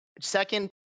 Second